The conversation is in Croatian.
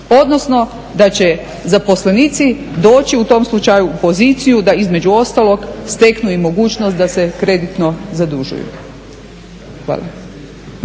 odnosno da će zaposlenici doći u tom slučaju u poziciju da između ostalog steknu i mogućnost da se kreditno zadužuju. Hvala.